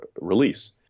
release